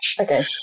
Okay